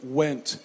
went